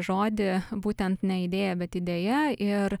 žodį būtent ne idėja bet idėja ir